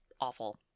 awful